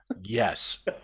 yes